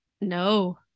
no